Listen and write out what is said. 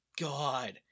God